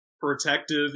protective